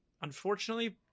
unfortunately